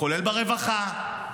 כולל ברווחה,